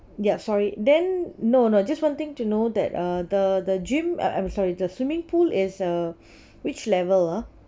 ya sorry then no no just one thing to know that uh the the gym uh I'm sorry the swimming pool is uh which level ah